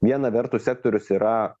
viena vertus sektorius yra